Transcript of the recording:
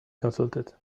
consulted